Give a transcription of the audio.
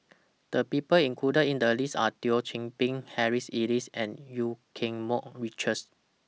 The People included in The list Are Thio Chan Bee Harry Elias and EU Keng Mun Richards